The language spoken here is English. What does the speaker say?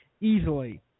easily